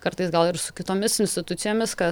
kartais gal ir su kitomis institucijomis kad